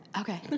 Okay